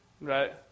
Right